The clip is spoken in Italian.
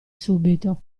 subito